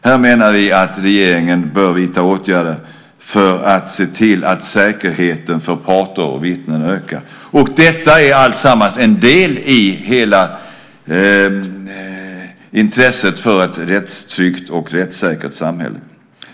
Här menar vi att regeringen bör vidta åtgärder för att se till att säkerheten för parter och vittnen ökar. Allt detta är en del i hela intresset för ett rättstryggt och rättssäkert samhälle.